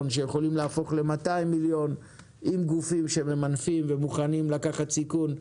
שיכולים להפוך ל-200 מיליון עם גופים שממנפים ומוכנים לקחת סיכון.